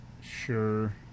Sure